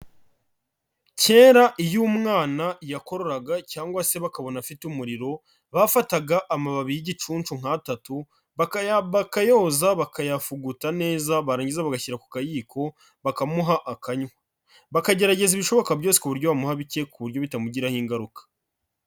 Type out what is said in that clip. Kera iyo umwana yakororaga cyangwa se bakabona afite umuriro, bafataga amababi y'igicunshu nk'atatu, bakayoza, bakayavuguta neza, bararangiza bagashyira ku kayiko bakamuha akanywa, bakagerageza ibishoboka byose ku buryo bamumuha bike ku buryo bitamugiraho ingaruka.